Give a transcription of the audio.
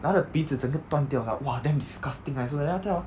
like 他的鼻子整个断掉 like !wah! damn disgusting I swear then after that hor